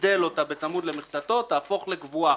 וגידל אותה בצמוד למכסתו, תהפוך לקבועה.